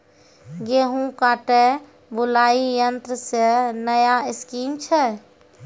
गेहूँ काटे बुलाई यंत्र से नया स्कीम छ?